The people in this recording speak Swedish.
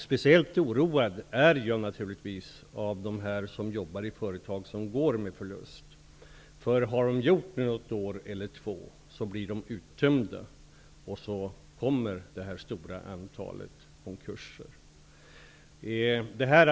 Speciellt oroad är jag naturligtvis för dem som arbetar i företag som går med förlust. Har företagen gjort det ett år eller två blir de uttömda, vilket leder till ett stort antal konkurser.